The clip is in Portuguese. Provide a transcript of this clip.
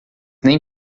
nem